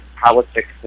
politics